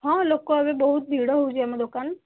ହଁ ଲୋକ ଏବେ ବହୁତ ଭିଡ଼ ହେଉଛି ଆମ ଦୋକାନ